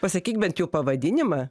pasakyk bent jau pavadinimą